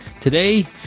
Today